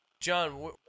John